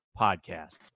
podcasts